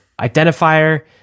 Identifier